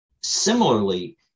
similarly